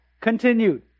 continued